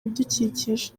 ibidukikije